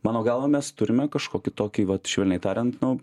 mano galva mes turime kažkokį tokį vat švelniai tariant nu